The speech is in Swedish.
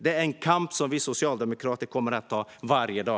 Det är en kamp som vi socialdemokrater kommer att ta varje dag.